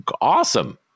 awesome